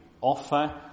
offer